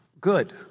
good